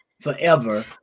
forever